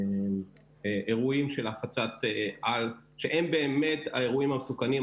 אירועים של הפצת על, שהם באמת האירועים המסוכנים.